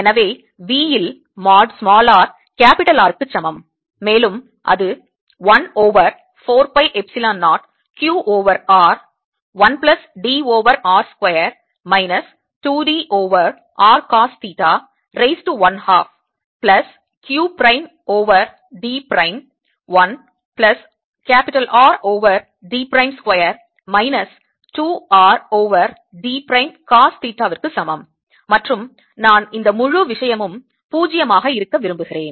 எனவே V இல் mod r R க்கு சமம் மேலும் அது 1 over 4 pi epsilon 0 q over r 1 plus d over r square minus 2 d over r cos theta raise to one half உயர்த்தப்பட்ட ஒரு பாதி plus q prime over d prime 1 plus R over d prime square minus 2 R over d prime cos theta க்கு சமம் மற்றும் நான் இந்த முழு விஷயமும் 0 ஆக இருக்க விரும்புகிறேன்